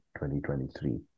2023